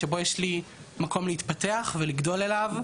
שבו יש לי מקום להתפתח ולגדול אליו.